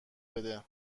بده